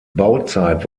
bauzeit